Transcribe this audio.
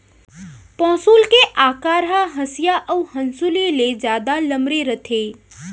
पौंसुल के अकार ह हँसिया अउ हँसुली ले जादा लमरी रथे